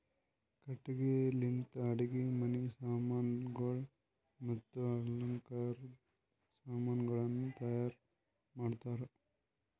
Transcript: ಕಟ್ಟಿಗಿ ಲಿಂತ್ ಅಡುಗಿ ಮನಿ ಸಾಮಾನಗೊಳ್ ಮತ್ತ ಅಲಂಕಾರದ್ ಸಾಮಾನಗೊಳನು ತೈಯಾರ್ ಮಾಡ್ತಾರ್